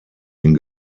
den